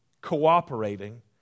cooperating